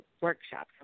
workshops